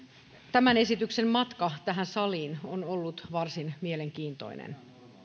tämän esityksen matka tähän saliin on ollut varsin mielenkiintoinen